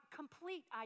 complete